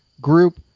group